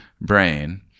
brain